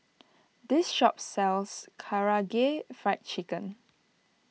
this shop sells Karaage Fried Chicken